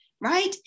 Right